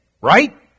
Right